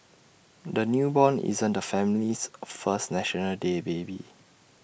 the newborn isn't the family's first National Day baby